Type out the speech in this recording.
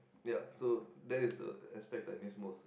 ya so that is the aspect that I miss most